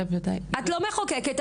את לא מחוקקת.